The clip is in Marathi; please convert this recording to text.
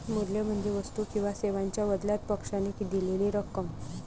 मूल्य म्हणजे वस्तू किंवा सेवांच्या बदल्यात पक्षाने दिलेली रक्कम